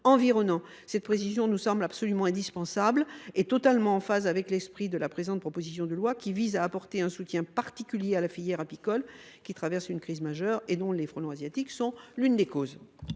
environnants. Cette précision nous semble indispensable et totalement en phase avec l’esprit de cette proposition de loi, qui vise à apporter un soutien particulier à la filière apicole, laquelle traverse une crise majeure, dont les frelons asiatiques sont l’une des causes.